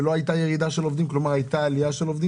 בשנה שעברה הייתה הצהרה של המבקר בנוגע לפתיחת עוד סניף בעיר